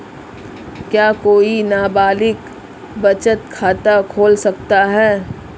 क्या कोई नाबालिग बचत खाता खोल सकता है?